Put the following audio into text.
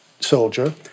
soldier